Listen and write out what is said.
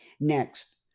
Next